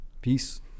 Peace